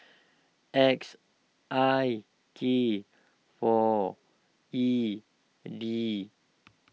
X I K four E D